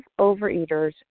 overeaters